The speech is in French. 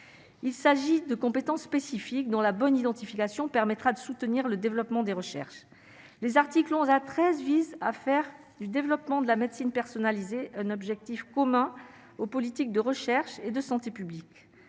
il s'agit de compétences spécifiques dans la bonne identification permettra de soutenir le développement des recherches, les articles 11 à 13 vise à faire du développement de la médecine personnalisée un objectif commun aux politiques de recherche et de santé publique,